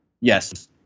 yes